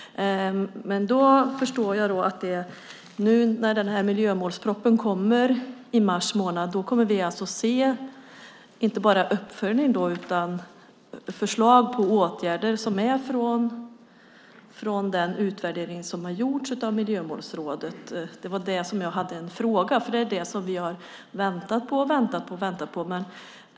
Jag förstår att när miljömålspropositionen kommer i mars kommer vi att se inte bara en uppföljning utan också förslag om åtgärder som är från den utvärdering som har gjorts av Miljömålsrådet. Det var det som jag hade en fråga om, för det är det som vi har väntat på och väntat på.